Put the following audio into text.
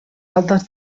altes